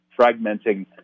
fragmenting